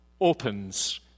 opens